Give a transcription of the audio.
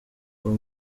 uwo